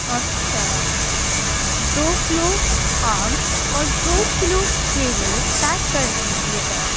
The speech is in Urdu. اچھا دو کلو آم اور دو کلو کیلے پیک کر دیجیے گا